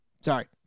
sorry